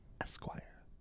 Esquire